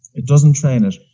it doesn't train it.